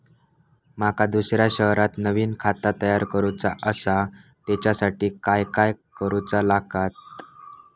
माका दुसऱ्या शहरात नवीन खाता तयार करूचा असा त्याच्यासाठी काय काय करू चा लागात?